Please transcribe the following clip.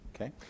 okay